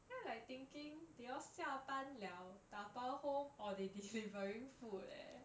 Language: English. then I'm like thinking they all 下班 liao 打包 home or they delivering food leh